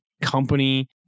company